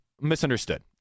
misunderstood